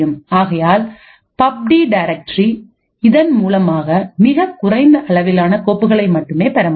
ஆகையால் பப்டி டைரக்டரி இதன் மூலமாக மிகவும் குறைந்த அளவிலான கோப்புகளை மட்டுமே பெறமுடியும்